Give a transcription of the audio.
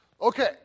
Okay